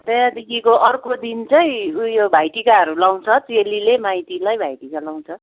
त्यहाँदेखिको अर्को दिन चाहिँ उयो भाइटिकाहरू लगाउँछ चेलीले माइतीलाई भाइटिका लगाउँछ